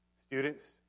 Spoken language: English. Students